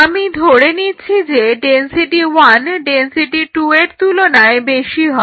আমি ধরে নিচ্ছি যে ডেনসিটি 1 ডেনসিটি 2 এর তুলনায় বেশি হয়